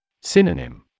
Synonym